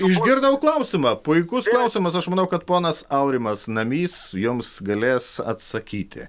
išgirdau klausimą puikus klausimas aš manau kad ponas aurimas navys jums galės atsakyti